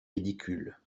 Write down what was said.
ridicule